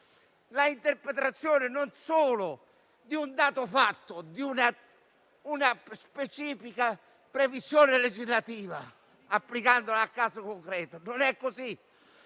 l'interpretazione non solo di un dato fatto, di una specifica previsione legislativa, applicandola al caso concreto. Non è così.